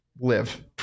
live